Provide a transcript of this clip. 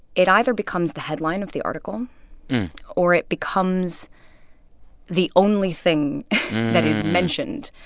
it either becomes the headline of the article or it becomes the only thing that is mentioned.